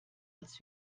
als